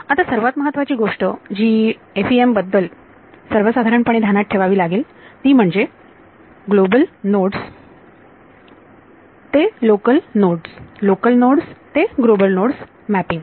आता सर्वात महत्वाची गोष्ट जी FEM बद्दल सर्वसाधारणपणे ध्यानात ठेवावी लागेल ती म्हणजे ग्लोबल नोड्स ते लोकल नोड्स लोकल नोड्स ते ग्लोबल नोड्स मॅपिंग